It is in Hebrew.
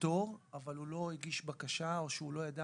לפטור אבל הוא לא הגיש בקשה או שהוא לא ידע